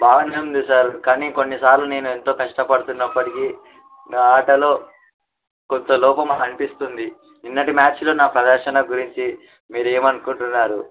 బాగానే ఉంది సార్ కానీ కొన్నిసార్లు నేను ఎంతో కష్టపడుతున్నప్పటికీ నా ఆటలో కొంత లోపం అనిపిస్తుంది నిన్నటి మ్యాచ్లో నా ప్రదర్శన గురించి మీరు ఏమనుకుంటున్నారు